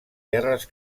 guerres